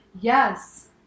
Yes